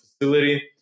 facility